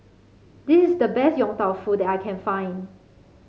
this is the best Yong Tau Foo that I can find